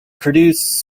produce